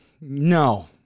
No